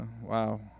wow